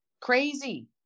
crazy